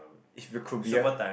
could be a